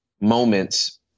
moments